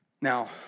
Now